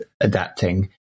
adapting